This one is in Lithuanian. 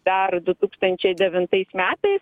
dar du tūkstančiai devintais metais